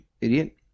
idiot